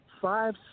five